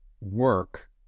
work